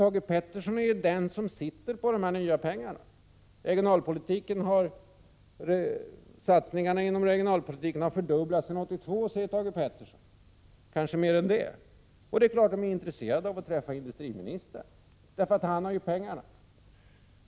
Thage Peterson är ju den som sitter på dessa nya pengar. Satsningarna inom regionalpolitiken har fördubblats sedan 1982 — kanske mera än det, säger Thage Peterson. Det är klart att de är intresserade av att träffa industriministern. Han har ju pengarna.